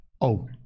Oh